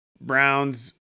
Browns